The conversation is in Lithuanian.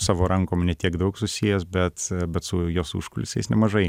savo rankom ne tiek daug susijęs bet bet su jos užkulisiais nemažai